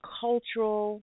cultural